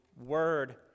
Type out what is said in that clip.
word